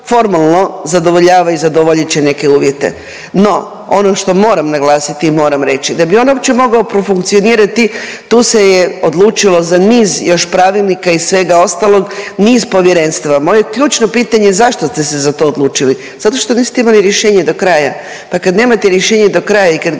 formalno zadovoljava i zadovoljit će neke uvjete, no ono što moram naglasiti i moram reći, da bi on uopće mogao profunkcionirati tu se je odlučilo za niz još pravilnika i svega ostalog, niz povjerenstava. Moje ključno pitanje je zašto ste se za to odlučili? Zato što niste imali rješenje do kraja, pa kad nemate rješenje do kraja i kad